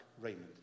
Raymond